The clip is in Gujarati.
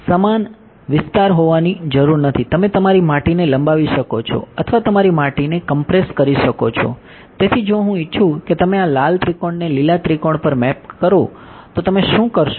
સમાન વિસ્તાર હોવાની જરૂર નથી તમે તમારી માટીને લંબાવી શકો છો અથવા તમારી માટીને કમ્પ્રેસ પર મેપ કરો તો તમે શું કરશો